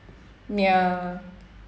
ya